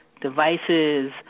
devices